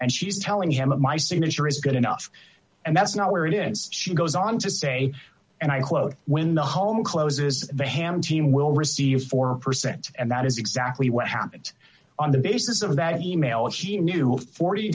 and she's telling him of my signature is good enough and that's not where it is she goes on to say and i quote when the home closes the ham team will receive four percent and that is exactly what happened on the basis of that e mail she knew forty